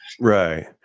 Right